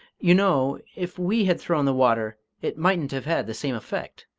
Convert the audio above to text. you know, if we had thrown the water it mightn't have had the same effect.